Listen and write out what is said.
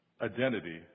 identity